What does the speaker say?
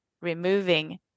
removing